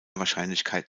wahrscheinlichkeit